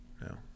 no